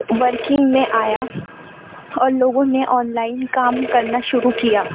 working میں آیا اور لوگوں نے آن لائن کام کرنا شروع کیا